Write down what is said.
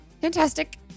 Fantastic